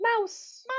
Mouse